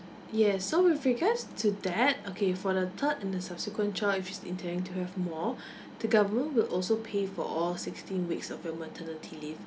yes so with regards to that okay for the third and the subsequent child if she's intending to have more the government will also pay for all sixteen weeks of your maternity leave